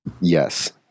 Yes